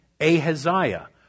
Ahaziah